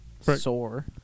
sore